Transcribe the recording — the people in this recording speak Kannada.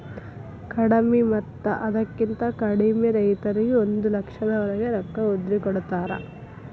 ಕಡಿಮಿ ಮತ್ತ ಅದಕ್ಕಿಂತ ಕಡಿಮೆ ರೈತರಿಗೆ ಒಂದ ಲಕ್ಷದವರೆಗೆ ರೊಕ್ಕ ಉದ್ರಿ ಕೊಡತಾರ